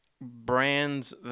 brands